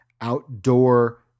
outdoor